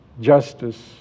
Justice